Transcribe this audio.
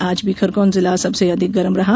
आज भी खरगोन जिला सबसे अधिक गर्म रहा